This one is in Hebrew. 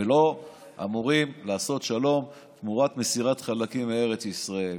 ולא אמורים לעשות שלום תמורת מסירת חלקים מארץ ישראל.